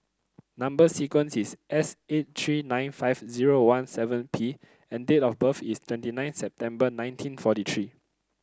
number sequence is S eight three nine five zero one seven P and date of birth is twenty nine September nineteen forty three